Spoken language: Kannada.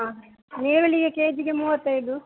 ಹಾಂ ಈರುಳ್ಳಿಗೆ ಕೆ ಜಿಗೆ ಮೂವತ್ತೈದು